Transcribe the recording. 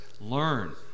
learn